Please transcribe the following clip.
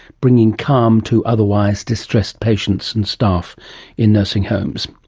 bringing calm to otherwise distressed patients and staff in nursing homes.